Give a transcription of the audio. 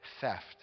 theft